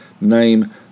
name